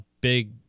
big